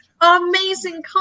amazing